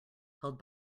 held